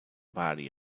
body